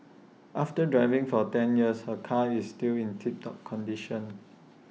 after driving for ten years her car is still in tip top condition